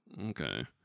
Okay